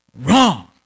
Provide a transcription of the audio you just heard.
wrong